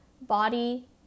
body